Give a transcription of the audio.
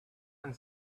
and